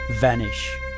vanish